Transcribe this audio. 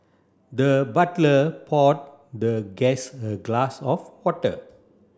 the butler poured the guest a glass of water